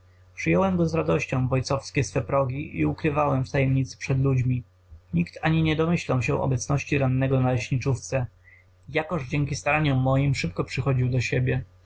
przyjąłem go z radością w ojcowskie swe progi i ukrywałem w tajemnicy przed ludźmi nikt ani nie domyślał się obecności rannego na leśniczówce jakoż dzięki staraniom moim szybko przychodził do siebie